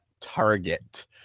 target